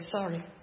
sorry